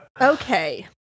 Okay